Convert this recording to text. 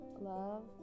love